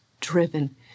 driven